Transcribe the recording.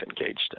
engaged